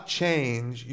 change